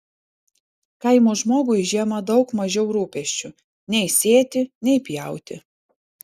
kaimo žmogui žiemą daug mažiau rūpesčių nei sėti nei pjauti